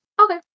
Okay